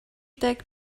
deg